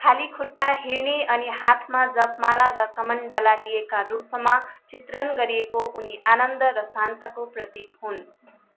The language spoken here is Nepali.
खाली खुट्टा हिँड्ने अनि हातमा जपमाला र कमण्डला लिएका रूपमा चित्रण गरिएको उनी आनन्द र शान्तको प्रतीक हुन्